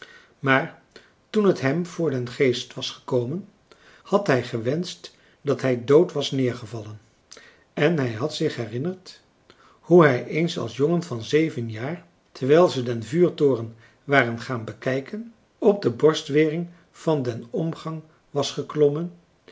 maar toen het hem voor den geest was gekomen had hij gewenscht dat hij dood was neergevallen en hij had zich herinnerd hoe hij eens als jongen van zeven jaar terwijl ze den vuurtoren waren gaan bekijken op de borstwering van den omgang was geklommen